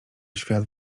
świat